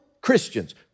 Christians